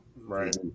Right